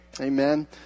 Amen